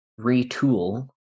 retool